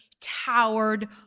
towered